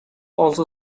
also